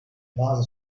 bazı